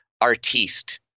artiste